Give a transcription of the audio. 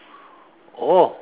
oh